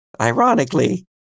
ironically